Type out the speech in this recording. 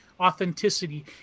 authenticity